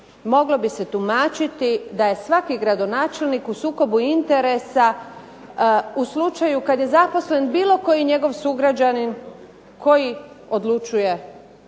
moglo bi se tumačiti da je svaki gradonačelnik u sukobu interesa u slučaju kad je zaposlen bilo koji njegov sugrađanin koji odlučuje o njegovoj